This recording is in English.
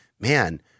man